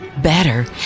better